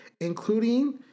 including